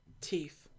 teeth